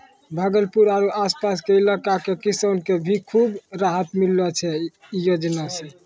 भागलपुर आरो आस पास के इलाका के किसान कॅ भी खूब राहत मिललो छै है योजना सॅ